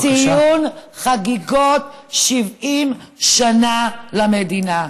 ציון חגיגות 70 שנה למדינה.